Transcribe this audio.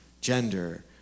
gender